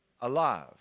alive